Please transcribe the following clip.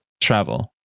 travel